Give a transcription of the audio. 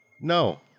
No